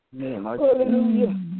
Hallelujah